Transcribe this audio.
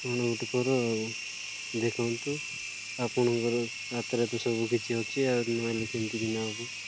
କ'ଣ ଗୋଟେ କର ଆଉ ଦେଖନ୍ତୁ ଆପଣଙ୍କର ହାତରେ ତ ସବୁ କିଛି ଅଛି ଆଉ ନହେଲେ କେମିତି କିିନା ହେବ